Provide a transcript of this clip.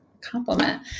compliment